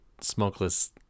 smokeless